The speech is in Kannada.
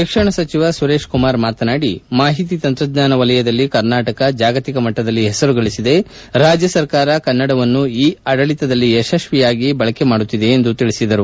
ಶಿಕ್ಷಣ ಸಚಿವ ಸುರೇಶ್ ಕುಮಾರ್ ಮಾತನಾಡಿ ಮಾಹಿತಿ ತಂತ್ರಜ್ಞಾನ ಕ್ಷೇತ್ರದಲ್ಲಿ ಕರ್ನಾಟಕ ಜಾಗತಿಕ ಮಟ್ಟದಲ್ಲಿ ಪೆಸರು ಗಳಿಸಿದೆ ರಾಜ್ಯ ಸರ್ಕಾರ ಕನ್ನಡವನ್ನು ಇ ಆಡಳಿತದಲ್ಲಿ ಯಶಸ್ವಿಯಾಗಿ ಬಳಕೆ ಮಾಡುತ್ತಿದೆ ಎಂದು ತಿಳಿಸಿದರು